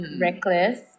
reckless